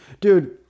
Dude